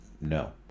no